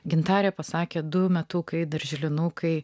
gintarė pasakė du metukai darželinukai